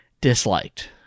disliked